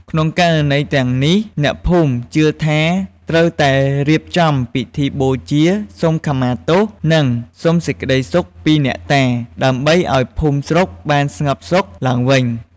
ក្នុងករណីទាំងនេះ អ្នកភូមិជឿថាត្រូវតែរៀបចំពិធីបូជាសុំខមាទោស និងសុំសេចក្តីសុខពីអ្នកតា ដើម្បីឲ្យភូមិស្រុកបានស្ងប់សុខឡើងវិញ។